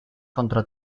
contra